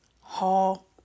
Hall